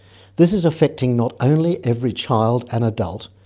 this is affecting not only every child and adult,